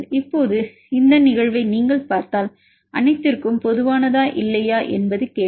இப்போது இந்த நிகழ்வை நீங்கள் பார்த்தால் அனைத்திற்கும் பொதுவானதா இல்லையா என்பது கேள்வி